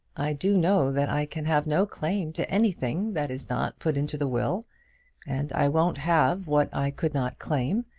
i do know that i can have no claim to anything that is not put into the will and i won't have what i could not claim.